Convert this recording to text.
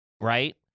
right